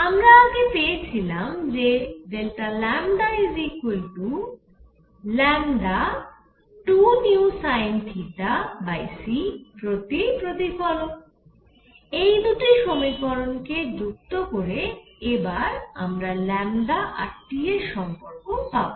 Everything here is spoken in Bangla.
আমরা আগে পেয়েছিলাম যে Δλλ2vsinθc প্রতি প্রতিফলন এই দুটি সমীকরণ কে যুক্ত করে এবার আমরা আর T এর সম্পর্ক পাবো